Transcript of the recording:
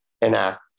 enact